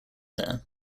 there